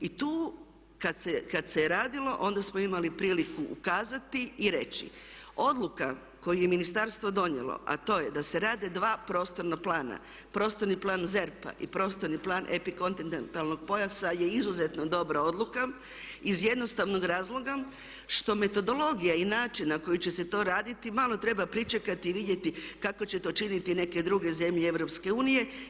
I tu kada se radilo onda smo imali priliku ukazati i reći, odluka koju je ministarstvo donijelo a to da se rade dva prostorna plana, prostorni plan ZERP-a i prostorni plan epikontinentalnog pojasa je izuzetno dobra odluka iz jednostavnog razloga što metodologija i način na koji će se to raditi malo treba pričekati i vidjeti kako će to činiti neke druge zemlje Europske unije.